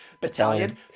Battalion